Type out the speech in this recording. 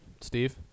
Steve